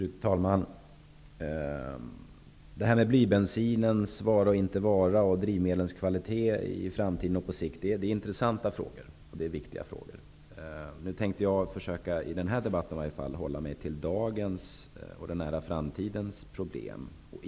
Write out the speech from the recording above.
Fru talman! Detta med den blyade bensinens vara eller inte vara och med drivmedlens kvalitet i framtiden är intressanta och viktiga frågor. Jag tänkte att jag i varje fall i den här debatten skulle hålla mig till dagens problem och till de problem som kommer att finnas i en nära framtid.